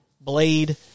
Blade